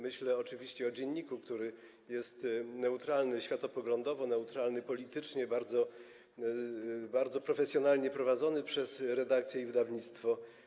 Myślę oczywiście o dzienniku, który jest neutralny światopoglądowo, neutralny politycznie, bardzo profesjonalnie prowadzony przez redakcję i wydawnictwo.